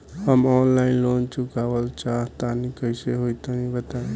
हम online loan चुकावल चाहऽ तनि कइसे होई तनि बताई?